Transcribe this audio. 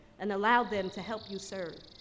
and allow them to help you serve.